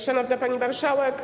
Szanowna Pani Marszałek!